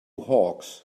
hawks